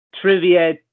trivia